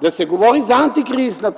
да се говори за антикризисна